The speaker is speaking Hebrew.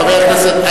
חבר הכנסת,